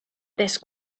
desk